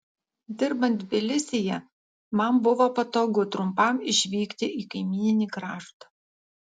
dirbant tbilisyje man buvo patogu trumpam išvykti į kaimyninį kraštą